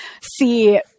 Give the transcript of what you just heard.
See